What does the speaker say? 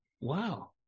wow